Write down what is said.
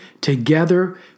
together